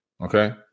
Okay